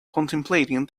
contemplating